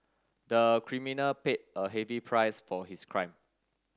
the criminal paid a heavy price for his crime